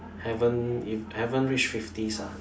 haven't if I haven't reach fifties ah